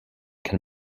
can